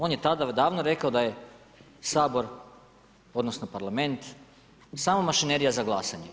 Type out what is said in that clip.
On je tada davno rekao da je Sabor, odnosno parlamenta samo mašinerija za glasanja.